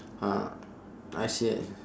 ah I see